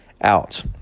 out